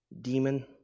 Demon